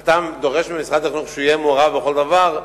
אתה דורש ממשרד החינוך שהוא יהיה מעורב בכל דבר,